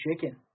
chicken